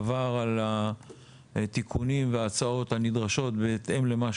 עבר על התיקונים וההצעות הנדרשות בהתאם למה